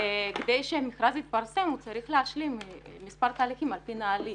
כדי שהמכרז יתפרסם הוא צריך להשלים מספר תהליכים על פי נהלים